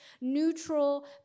neutral